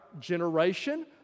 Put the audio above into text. generation